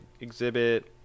exhibit